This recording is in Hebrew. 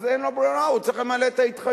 אז אין לו ברירה, הוא צריך למלא את ההתחייבות,